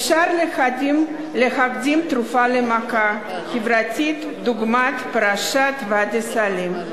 אפשר להקדים תרופה למכה חברתית דוגמת פרשת ואדי-סאליב.